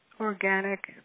organic